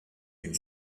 d’une